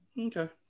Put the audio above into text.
Okay